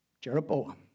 Jeroboam